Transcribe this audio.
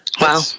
Wow